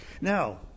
Now